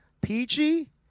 Peachy